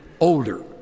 older